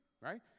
right